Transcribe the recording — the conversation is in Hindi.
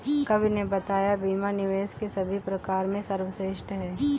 कवि ने बताया बीमा निवेश के सभी प्रकार में सर्वश्रेष्ठ है